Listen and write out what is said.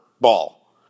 ball